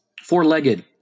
Four-legged